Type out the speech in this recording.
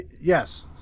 yes